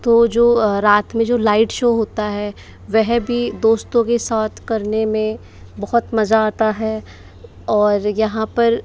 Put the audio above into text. तो जो रात में जो लाइट शो होता है वह भी दोस्तों के साथ करने में बहुत मज़ा आता है और यहाँ पर